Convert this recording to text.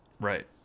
Right